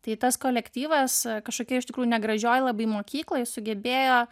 tai tas kolektyvas kažkokia iš tikrųjų negražioj labai mokykloj sugebėjo